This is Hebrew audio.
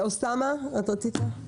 אוסאמה סעדי, בבקשה.